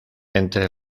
entre